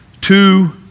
two